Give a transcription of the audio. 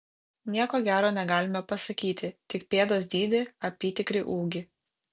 nieko gero negalime pasakyti tik pėdos dydį apytikrį ūgį